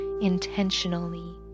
intentionally